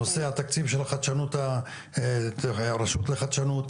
נושא התקציב של הרשות לחדשנות,